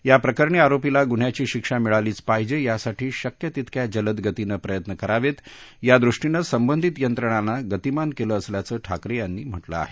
या प्रकरणी आरोपीला गुन्ह्याची शिक्षा मिळालीच पाहिजे यासाठी शक्य तितक्या जलद गतीनं प्रयत्न करावेत यादृष्टीनं संबंधित यंत्रणांना गतीमान केलं असल्याचं ठाकरे यांनी म्हटलं आहे